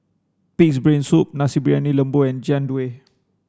Pig's brain soup Nasi Briyani Lembu and Jian Dui